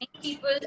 people